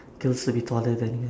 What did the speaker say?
girls to be taller than men